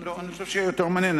אני חושב שיהיה יותר מעניין.